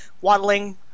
waddling